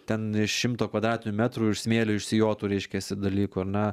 ten iš šimto kvadratinių metrų iš smėlio išsijotų reiškiasi dalykų ar ne